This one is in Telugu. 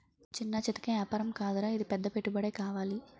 చిన్నా చితకా ఏపారం కాదురా ఇది పెద్ద పెట్టుబడే కావాలి